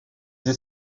des